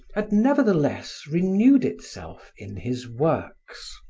had nevertheless renewed itself in his works.